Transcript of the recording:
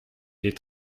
est